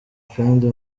kandi